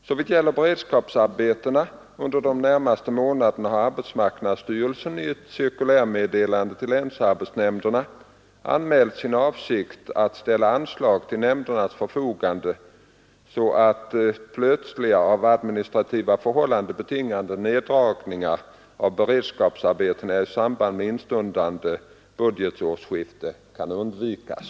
Såvitt gäller beredskapsarbetena under de närmaste månaderna har arbetsmarknadsstyrelsen i ett cirkulärmeddelande till länsarbetsnämnderna anmält sin avsikt att ställa anslag till nämndernas förfogande så att plötsliga av administrativa förhållanden betingade nerdragningar av beredskapsarbetena i samband med instundande budgetårsskifte kan undvikas.